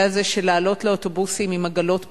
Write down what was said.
הזה של לעלות לאוטובוסים עם עגלות פתוחות.